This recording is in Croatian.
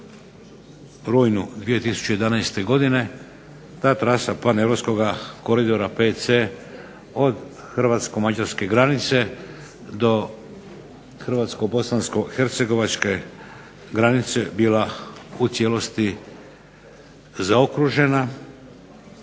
u rujnu 2011. godine. Ta trasa paneuropskoga koridora VC od hrvatsko-mađarske granice do hrvatsko-bosansko hercegovačke granice bila u cijelosti zaokružena